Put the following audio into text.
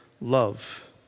love